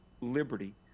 liberty